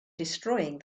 destroying